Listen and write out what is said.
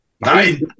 nine